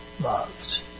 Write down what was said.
loves